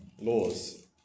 laws